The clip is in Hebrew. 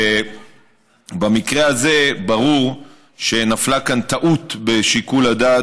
ובמקרה הזה ברור שנפלה כאן טעות בשיקול הדעת